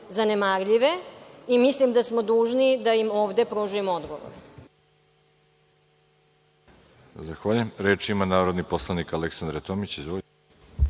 Mislim da smo dužni da im ovde pružimo odgovor.